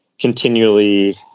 continually